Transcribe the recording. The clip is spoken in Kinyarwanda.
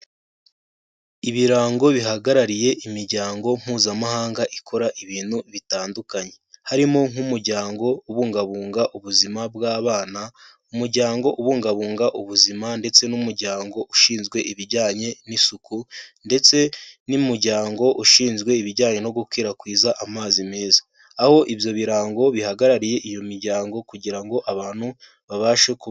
Ibirango bihagarariye imiryango mpuzamahanga ikora ibintu bitandukanye, harimo nk'umuryango ububungabunga ubuzima bw'abana, umuryango ubungabunga ubuzima ndetse n'umuryango ushinzwe ibijyanye n'isuku ndetse n'umuryango ushinzwe ibijyanye no gukwirakwiza amazi meza aho ibyo birango bihagarariye iyo miryango kugira ngo abantu babashe kubaho.